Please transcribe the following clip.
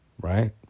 right